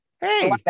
Hey